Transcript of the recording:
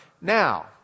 Now